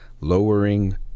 lowering